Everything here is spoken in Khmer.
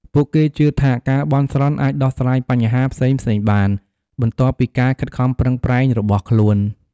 ពួកគេជឿថាការបន់ស្រន់អាចដោះស្រាយបញ្ហា ផ្សេងៗបាន បន្ទាប់ពីការខិតខំប្រឹងប្រែងរបស់ខ្លួន។